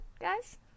guys